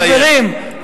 חברים,